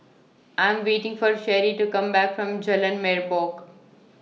I'm waiting For Cherie to Come Back from Jalan Merbok